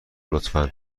لطفا